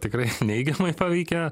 tikrai neigiamai paveikia